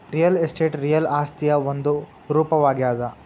real estate real ಆಸ್ತಿಯ ಒಂದು ರೂಪವಾಗ್ಯಾದ